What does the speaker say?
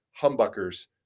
humbuckers